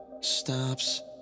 stops